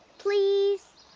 please?